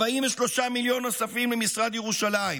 43 מיליון נוספים למשרד ירושלים,